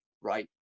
right